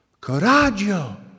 Coraggio